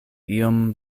iom